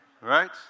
Right